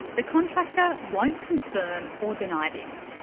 the contractor won't confirm or deny this.